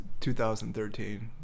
2013